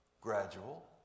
gradual